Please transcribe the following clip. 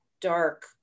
dark